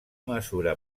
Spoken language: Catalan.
mesura